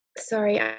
sorry